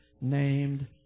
named